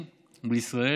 2020,